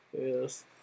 Yes